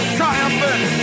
triumphant